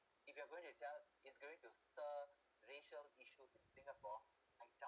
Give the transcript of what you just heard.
if you are going to tell is going to stir racial issues in singapore I doubt